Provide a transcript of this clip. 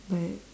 but